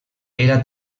era